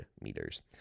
meters